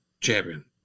champion